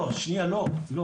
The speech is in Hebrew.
לא, שנייה, לא.